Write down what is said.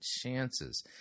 chances